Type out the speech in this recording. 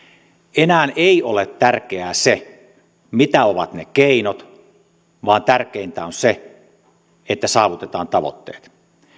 enää ei ole tärkeää se mitä ovat ne keinot vaan tärkeintä on se että saavutetaan tavoitteet